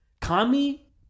Kami